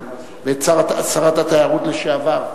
ואת שרת התיירות לשעבר.